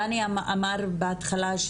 דני אמר בהתחלה,